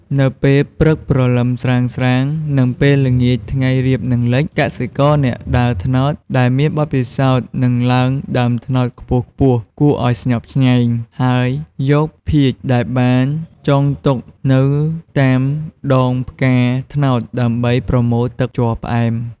នៅពេលព្រឹកព្រលឹមស្រាងៗ និងពេលល្ងាចថ្ងៃរៀបនឹងលេច កសិករអ្នកដើរត្នោតដែលមានបទពិសោធន៍នឹងឡើងដើមត្នោតខ្ពស់ៗគួរឲ្យស្ញប់ស្ញែង ហើយយកភាជន៍ដែលបានចងទុកនៅតាមទងផ្កាត្នោតដើម្បីប្រមូលទឹកជ័រផ្អែម។